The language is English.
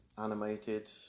animated